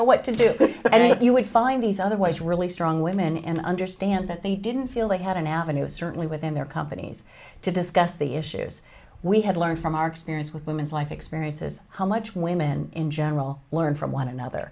know why to do that i think you would find these otherwise really strong women and i understand that they didn't feel they had an avenue of certainly within their companies to discuss the issues we had learned from our experience with women's life experiences how much women in general learn from one another